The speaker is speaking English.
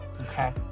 Okay